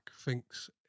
thinks